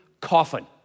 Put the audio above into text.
coffin